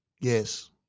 yes